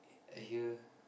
I hear